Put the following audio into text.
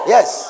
Yes